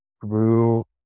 grew